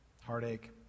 heartache